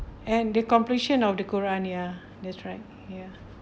and the completion of the quran ya that's right